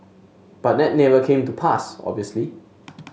but net never came to pass obviously